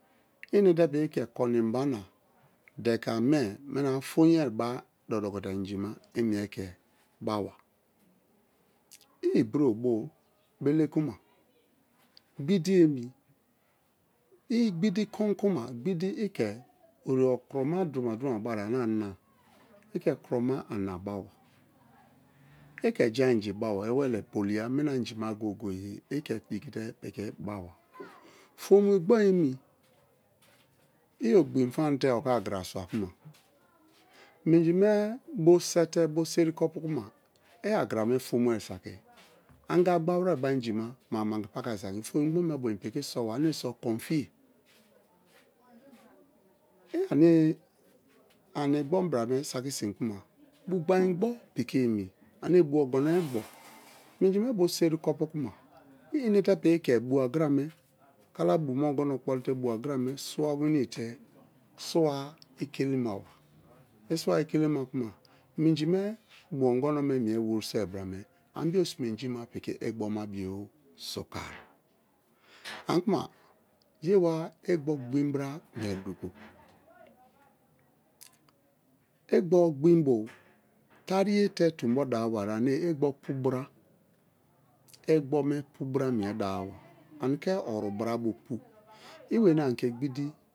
I i̱ne̱te̱ pi̱ki̱ ke koni in bana, deke ame, mina fion-e ba doko̱-do̱ko̱ a inji ma i mie ke baba. I ibro bio bele kuma gbi̱di̱ emi i gbidi kon ku̱ma gbidi i ke ori kuroma duroma-duroma bai ane ana i ke kuro ma ana baba i ke jai inji baba ewele, polia, mina inji ma goye-goye i ke dikite piki baba. Fono igbo emi i ogbin famate oke̱ agra swakuma minji me bo se te bo se̱ri̱ kopu kuma, i agra me fom-e saki anga ba we bo a injima man gi paka saki fom igbome bo in pi̱ki̱ sowa ane me so kon-fiye ane igbo bra me saki sin kuma bu gbain igbo pi̱ki̱ emi ane b u ogono igbo minji me bo seri kopu kuma i enete piki ke̱ bu̱ agara mei kala bu me ogono kpolite bu agara me swameni i te swa ikemaba, i swa ikelema kuma minji bu̱ ogono mie weriso bra me̱ anibo sime a inji me piki igbo̱ me bio sukai̱ ani kuma ye̱ wa igbo gbia bra mie duko. Igbo gbin bo tariye te tombo dawa riye ane igbome pu bra mie dawaba ani ke oru bra bo̱ pu, i weni ani ke gbidi.